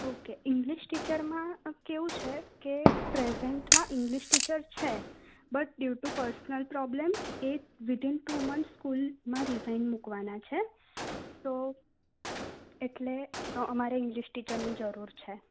okay English ટીચરમાં કેવુ છે કે પ્રેઝેન્ટમાં ઇંગ્લિશ ટીચર છે બટ ડ્યૂ પર્સનલ પ્રોબ્લેમ એ વીધિન ટૂ મંથ્સ સ્કૂલમાં રીઝાઇન મૂકવાના છે તો એટલે અમારે ઇંગ્લિશ ટીચરની જરૂર છે